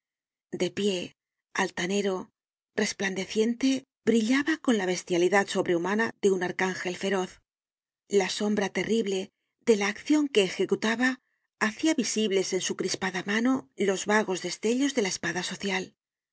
de pie altanero resplandeciente brillaba con la bestialidad sobrehumana de un arcángel feroz la sombra terrible de la accion que ejecutaba hacia visibles en su crispada mano los vagos destellos de la espada social